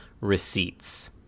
receipts